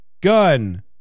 gun